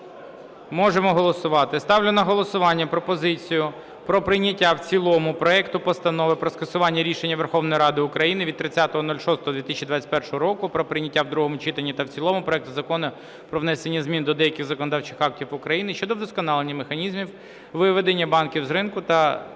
Можемо голосувати. Ставлю на голосування пропозицію прийняття в цілому проекту Постанови про скасування рішення Верховної Ради України від 30.06.2021 року про прийняття в другому читанні та в цілому проекту Закону "Про внесення змін до деяких законодавчих актів України щодо вдосконалення механізмів виведення банків з ринку та